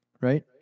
right